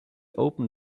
open